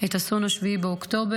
את אסון 7 באוקטובר,